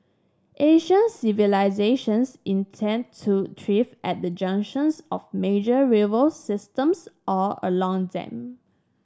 ancient civilisations intended to thrive at the junctions of major river systems or along them